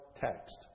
text